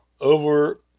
over